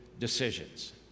decisions